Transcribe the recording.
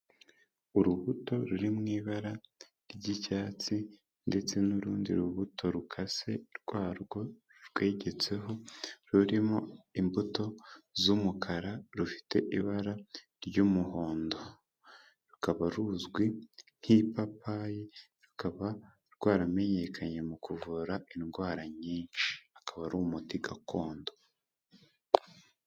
Urubuto ruri mu ibara ry'icyatsi ndetse n'urundi rubuto rukase rwarwo rurwegetseho rurimo imbuto z'umukara, rufite ibara ry'umuhondo, rukaba ruzwi nk'ipapayi, rukaba rwaramenyekanye mu kuvura indwara nyinshi, akaba ari umuti gakondo.